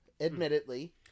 admittedly